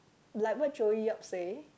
like what Joey-Yok say